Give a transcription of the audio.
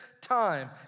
time